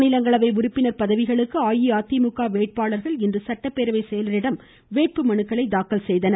மாநிலங்களவை உறுப்பினர் பதவிகளுக்கு அஇஅதிமுக வேட்பாளர்கள் இன்று சட்டப்பேரவை செயலரிடம் வேட்பு மனுக்களை தாக்கல் செய்தனர்